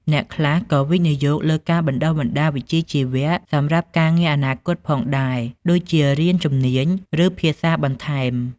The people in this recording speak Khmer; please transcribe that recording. អ្នកខ្លះក៏វិនិយោគលើការបណ្ដុះបណ្ដាលវិជ្ជាជីវៈសម្រាប់ការងារអនាគតផងដែរ ដូចជារៀនជំនាញ ឬ ភាសាបន្ថែម។